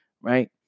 right